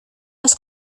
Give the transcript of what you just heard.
los